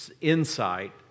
insight